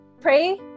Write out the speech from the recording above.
pray